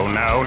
no